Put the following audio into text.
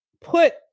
put